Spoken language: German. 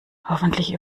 hoffentlich